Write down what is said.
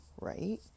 right